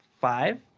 five